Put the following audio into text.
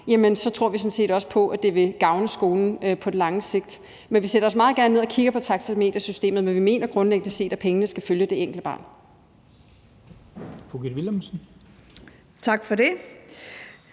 gavne skolen på den lange bane – det tror vi sådan set på. Så vi sætter os meget gerne ned og kigger på taxametersystemet, men vi mener grundlæggende set, at pengene skal følge det enkelte barn.